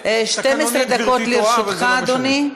12 דקות לרשותך, אדוני.